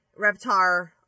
Reptar